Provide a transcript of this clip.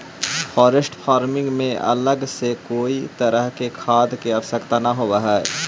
forest farming में अलग से कोई तरह के खाद के आवश्यकता न होवऽ हइ